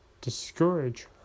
discourage